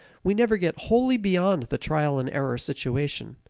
we never get wholly beyond the trial and error situation.